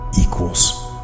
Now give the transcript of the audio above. Equals